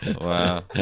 Wow